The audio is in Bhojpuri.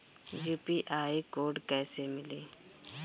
यू.पी.आई कोड कैसे मिली?